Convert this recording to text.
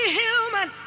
human